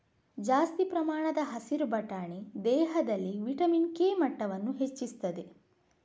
ಜಾಸ್ತಿ ಪ್ರಮಾಣದ ಹಸಿರು ಬಟಾಣಿ ದೇಹದಲ್ಲಿ ವಿಟಮಿನ್ ಕೆ ಮಟ್ಟವನ್ನ ಹೆಚ್ಚಿಸ್ತದೆ